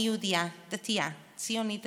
אני יהודייה, דתייה, ציונית דתית,